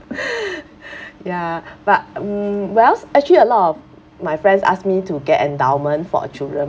ya but mm well actually a lot of my friends ask me to get endowment for our children